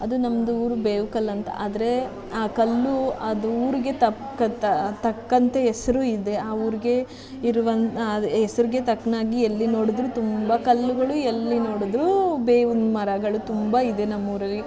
ಅದು ನಮ್ಮದು ಊರು ಬೇವುಕಲ್ ಅಂತ ಆದರೆ ಆ ಕಲ್ಲು ಅದು ಊರಿಗೆ ತಕ್ಕಂಥ ತಕ್ಕಂಥೆ ಹೆಸ್ರು ಇದೆ ಆ ಊರಿಗೆ ಇರುವಂಥ ಆ ಹೆಸ್ರಿಗೆ ತಕ್ಕನಾಗಿ ಎಲ್ಲಿ ನೋಡಿದರೂ ತುಂಬ ಕಲ್ಲುಗಳು ಎಲ್ಲಿ ನೋಡಿದರೂ ಬೇವಿನ ಮರಗಳು ತುಂಬ ಇದೆ ನಮ್ಮ ಊರಲ್ಲಿ